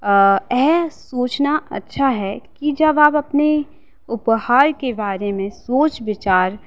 ऐह सोचना अच्छा है कि जब आप अपने उपहार के बारे में सोच विचार